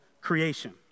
creation